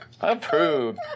Approved